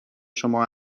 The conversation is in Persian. شما